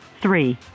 three